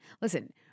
Listen